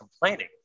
complaining